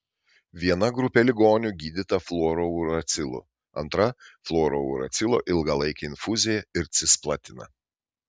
viena grupė ligonių gydyta fluorouracilu antra fluorouracilo ilgalaike infuzija ir cisplatina